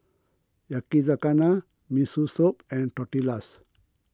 Yakizakana Miso Soup and Tortillas